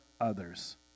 others